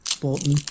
Bolton